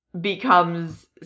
becomes